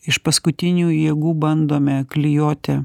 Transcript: iš paskutinių jėgų bandome klijuoti